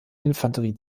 infanterie